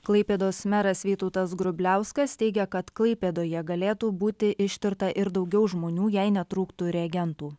klaipėdos meras vytautas grubliauskas teigia kad klaipėdoje galėtų būti ištirta ir daugiau žmonių jei netrūktų reagentų